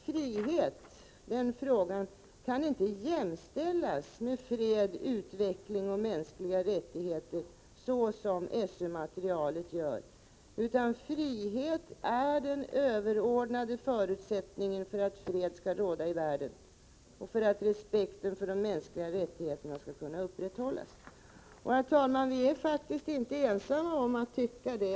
Frihet är en fråga som inte kan jämställas med fred, utveckling och de mänskliga rättigheterna så som görs i SÖ-materialet, utan frihet är den överordnade förutsättningen för att fred skall råda i världen och för att respekten för de mänskliga rättigheterna skall kunna upprätthållas. Herr talman! Vi är faktiskt inte ensamma om att tycka så.